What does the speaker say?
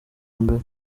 mbere